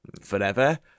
forever